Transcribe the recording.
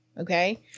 okay